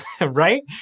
right